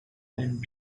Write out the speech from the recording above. and